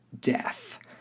death